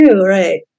Right